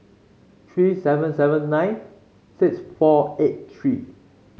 three seven seven nine six four eight three